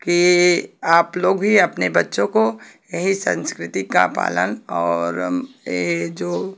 कि आप लोग भी अपने बच्चों को यही संस्कृति का पालन और यह जो